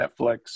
Netflix